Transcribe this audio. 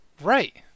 Right